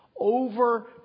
Over